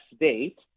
date